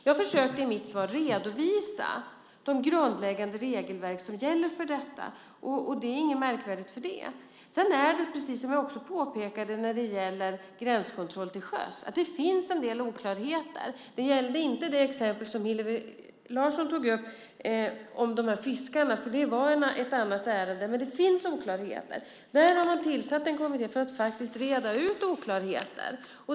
Jag försökte i mitt svar redovisa de grundläggande regelverk som gäller för detta, och det är inget märkvärdigt med det. Sedan är det så, som jag också påpekade när det gäller gränskontroll till sjöss, att det finns en del oklarheter. Det gäller inte det exempel som Hillevi Larsson tog upp om fiskarna, för det var ett annat ärende. Men det finns oklarheter. Därför har man tillsatt en kommitté för att reda ut oklarheter.